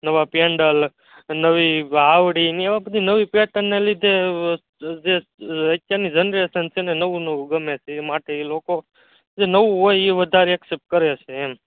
નવા પેન્ડલ નવી વાવડી ને એવા બધી નવી પેટર્નને લીધે જે અત્યારની જનરેશન છે ને નવું નવું ગમે છે માટે એ લોકો જે નવું હોય એ વધારે એક્સેપ્ટ કરે છે એમ